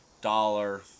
dollar